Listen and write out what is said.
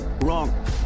wrong